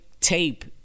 tape